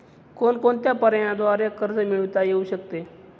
कोणकोणत्या पर्यायांद्वारे कर्ज मिळविता येऊ शकते?